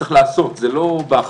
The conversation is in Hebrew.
צריך לעשות, זה לא בהכרזה.